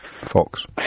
Fox